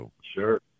Sure